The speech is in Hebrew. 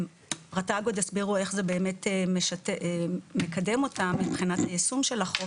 רת"ג עוד יסבירו איך זה באמת מקדם אותם מבחינת היישום של החוק,